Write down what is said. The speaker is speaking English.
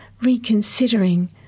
reconsidering